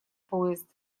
поезд